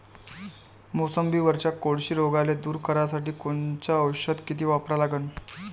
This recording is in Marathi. मोसंबीवरच्या कोळशी रोगाले दूर करासाठी कोनचं औषध किती वापरा लागन?